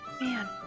Man